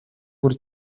бүр